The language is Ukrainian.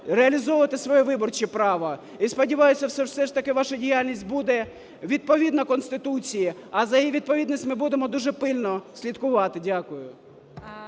реалізовувати свої виборче право. І, сподіваюсь, що все ж таки ваша діяльність буде відповідно Конституції, а за її відповідність ми будемо дуже пильно слідкувати. Дякую.